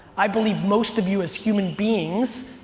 i believe most of you as human beings